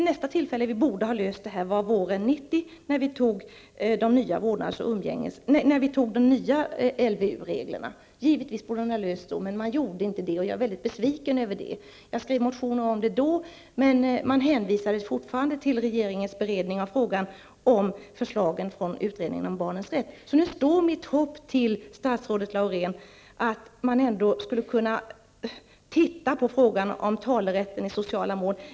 Nästa tillfälle då vi borde ha löst denna fråga var våren 1990 när vi antog de nya LVU-reglerna. Givetvis borde denna fråga ha lösts då, men det skedde inte. Jag är mycket besviken över det. Jag skrev motioner om det då, men man hänvisade fortfarande till regeringens beredning av förslagen från utredningen om barnens rätt. Därför står mitt hopp nu till statsrådet Laurén om att man ändå skulle kunna titta på frågan om talerätten i sociala mål.